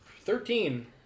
Thirteen